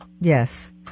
yes